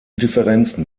differenzen